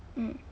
mm